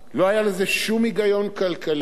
לא היה לזה שום היגיון כלכלי.